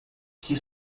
que